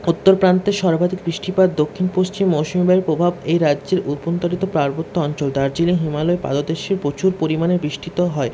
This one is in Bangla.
উত্তর প্রান্তে সর্বাধিক বৃষ্টিপাত দক্ষিণ পশ্চিম মৌসুমী বায়ুর প্রভাব এই রাজ্যের অভ্যন্তরীণ পার্বত্য অঞ্চল তার জেরে হিমালয়ের পাদদেশে প্রচুর পরিমাণে বৃষ্টি তো হয়